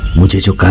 wishes yeah